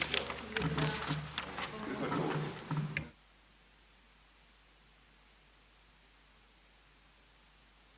Hvala na